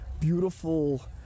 beautiful